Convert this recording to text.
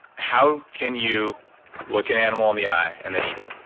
how can you look an animal in the eye and then eat it?